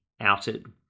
outed